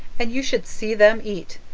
and you should see them eat.